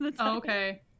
okay